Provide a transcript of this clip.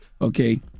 okay